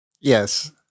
Yes